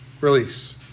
release